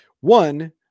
One